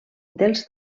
dels